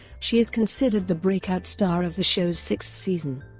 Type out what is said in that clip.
she is considered the breakout star of the show's sixth season.